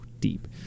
deep